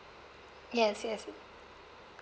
yes yes